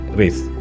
race